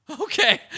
Okay